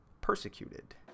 persecuted